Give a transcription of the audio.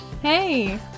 Hey